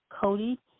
Cody